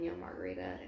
margarita